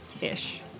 ish